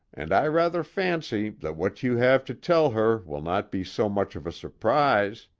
and i rather fancy that what you have to tell her will not be so much of a surprise.